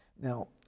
Now